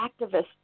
activists